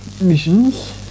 missions